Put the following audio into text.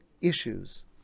issues